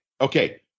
Okay